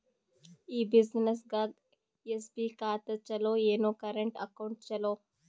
ಈ ಬ್ಯುಸಿನೆಸ್ಗೆ ಎಸ್.ಬಿ ಖಾತ ಚಲೋ ಏನು, ಕರೆಂಟ್ ಅಕೌಂಟ್ ಚಲೋ?